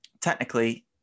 technically